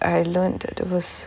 I learnt the worst